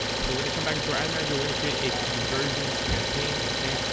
so we're gonna come back into our ad manager. we're gonna create a conversions campaign okay,